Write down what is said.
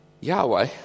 Yahweh